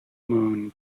moon